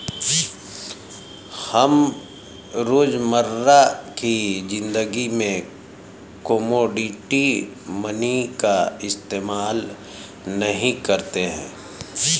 हम रोजमर्रा की ज़िंदगी में कोमोडिटी मनी का इस्तेमाल नहीं करते